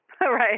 Right